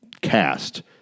cast